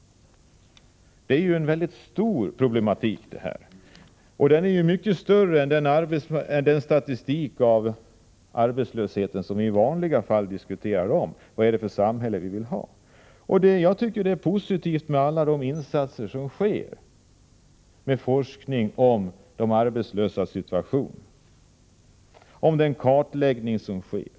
Detta är en väldigt stor problematik, mycket större än statistiken över arbetslösheten tyder på och som vi i vanliga fall diskuterar. Vad är det för samhälle vi vill ha? Jag tycker att det är positivt att man gör alla dessa insatser: den forskning om arbetslivets situation och den kartläggning som sker.